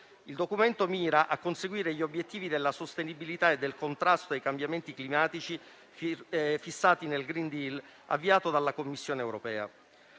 Il documento mira a conseguire gli obiettivi della sostenibilità e del contrasto ai cambiamenti climatici fissati nel *green deal* avviato dalla Commissione europea.